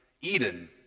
Eden